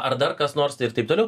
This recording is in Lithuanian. ar dar kas nors tai ir taip toliau